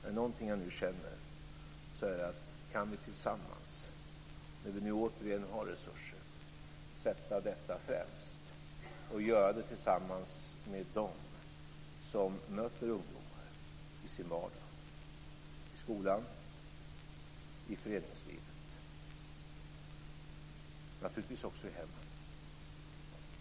Är det någonting jag känner är det att vi nu, när vi återigen har resurser, skall sätta detta främst och göra det tillsammans med dem som möter ungdomar i sin vardag i skolan, i föreningslivet och naturligtvis också i hemmen.